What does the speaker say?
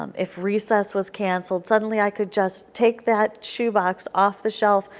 um if recess was cancelled, suddenly i could just take that shoe box off the shelf,